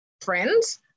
friends